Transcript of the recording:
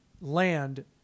land